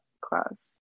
class